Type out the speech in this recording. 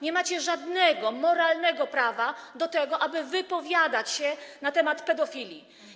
Nie macie żadnego moralnego prawa, aby wypowiadać się na temat pedofilii.